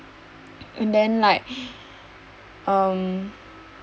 and then like um